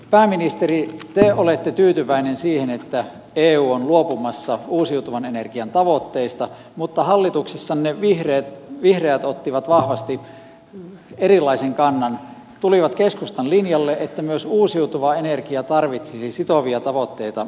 pääministeri te olette tyytyväinen siihen että eu on luopumassa uusiutuvan energian tavoitteista mutta hallituksessanne vihreät ottivat vahvasti erilaisen kannan tulivat sille keskustan linjalle että myös uusiutuva energia tarvitsisi sitovia tavoitteita jatkossa